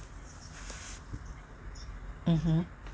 mmhmm